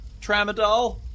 Tramadol